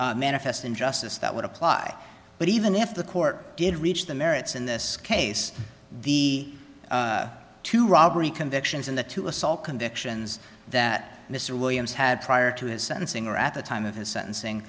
no manifest injustice that would apply but even if the court did reach the merits in this case the two robbery convictions and the two assault convictions that mr williams had prior to his sentencing or at the time of his sentencing